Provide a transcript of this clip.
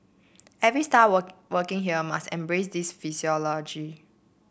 every staff working here must embrace this